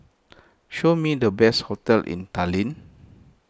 show me the best hotels in Tallinn